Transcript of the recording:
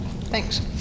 Thanks